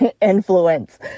influence